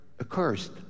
accursed